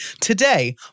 Today